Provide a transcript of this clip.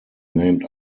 named